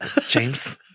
James